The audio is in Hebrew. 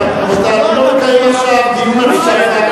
רבותי, אני לא מקיים עכשיו דיון.